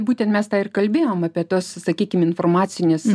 būtent mes tą ir kalbėjom apie tuos sakykim informacinius